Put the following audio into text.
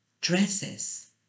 dresses